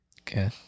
Okay